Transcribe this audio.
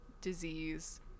disease